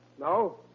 No